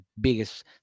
biggest